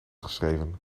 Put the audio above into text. geschreven